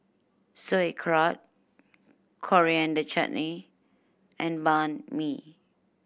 Sauerkraut Coriander Chutney and Banh Mi